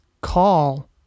call